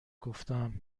گفتم